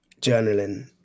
journaling